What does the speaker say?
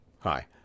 Hi